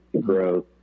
Growth